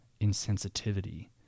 insensitivity